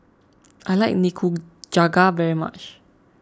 I like Nikujaga very much